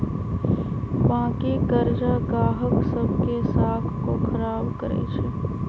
बाँकी करजा गाहक सभ के साख को खराब करइ छै